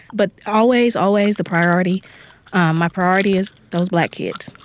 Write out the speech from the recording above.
but always, always the priority my priority is those black kids